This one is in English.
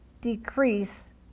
decrease